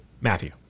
Matthew